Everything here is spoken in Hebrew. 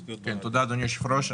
תודה, אדוני היושב ראש.